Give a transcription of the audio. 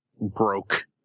broke